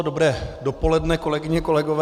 Dobré dopoledne, kolegyně, kolegové.